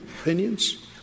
opinions